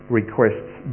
requests